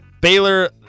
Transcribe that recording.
Baylor